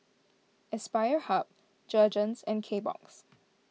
Aspire Hub Jergens and Kbox